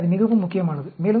எனவே அது மிகவும் முக்கியமானது